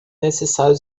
necessário